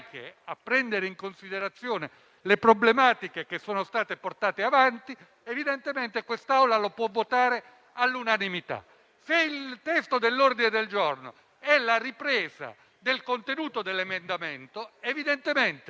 a prendere in considerazione le problematiche che sono state portate avanti, questa Aula lo può votare all'unanimità. Se, invece, il testo dell'ordine del giorno è la ripresa del contenuto dell'emendamento, evidentemente